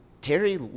Terry